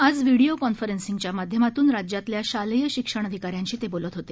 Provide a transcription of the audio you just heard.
आज व्हिडीओ कॉन्फरसिंगच्या माध्यमातून राज्यातल्या शालेय शिक्षण अधिकाऱ्यांशी ते बोलत होते